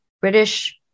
british